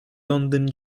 londyn